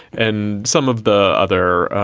and some of the other,